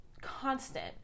constant